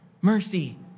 mercy